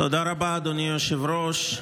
תודה רבה, אדוני היושב-ראש.